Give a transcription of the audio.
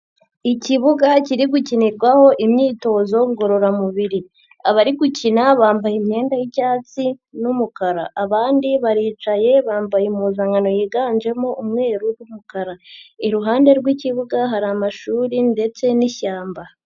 Ikibuga kiri gukinirwaho imyitozo ngororamubiri, abari gukina bambaye imyenda y'icyatsi n'umukara, abandi baricaye bambaye impuzankano yiganjemo umweru n'umukara. Iruhande rw'ikibuga hari amashuri ndetse n'ishyamba.